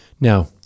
now